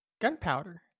Gunpowder